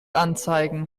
anzeigen